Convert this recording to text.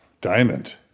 Diamond